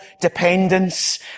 dependence